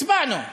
הצבענו,